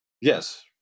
yes